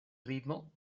ritmo